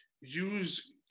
use